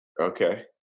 Okay